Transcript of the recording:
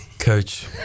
Coach